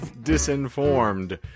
disinformed